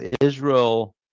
Israel